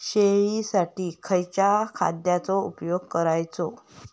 शेळीसाठी खयच्या खाद्यांचो उपयोग करायचो?